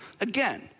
again